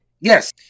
yes